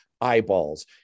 eyeballs